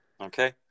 okay